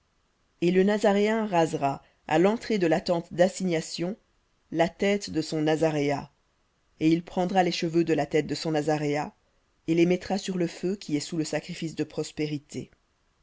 et le nazaréen rasera à l'entrée de la tente d'assignation la tête de son nazaréat et il prendra les cheveux de la tête de son nazaréat et les mettra sur le feu qui est sous le sacrifice de prospérités